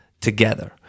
together